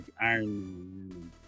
iron